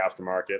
aftermarket